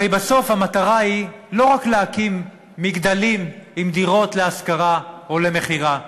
הרי בסוף המטרה היא לא רק להקים מגדלים עם דירות להשכרה או למכירה.